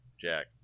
Jack